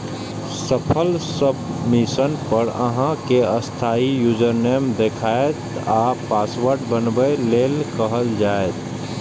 सफल सबमिशन पर अहां कें अस्थायी यूजरनेम देखायत आ पासवर्ड बनबै लेल कहल जायत